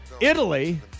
Italy